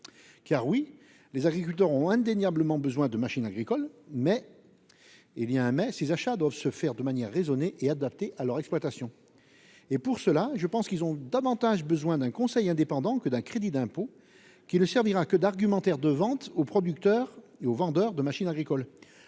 Car oui, les agriculteurs ont indéniablement besoin de machines agricoles mais. Il y a un mais, ces achats doivent se faire de manière raisonnée et adaptée à leur exploitation. Et pour cela, je pense qu'ils ont davantage besoin d'un conseil indépendant que d'un crédit d'impôt qui le servira que d'argumentaire de vente aux producteurs et aux vendeurs de machines agricoles,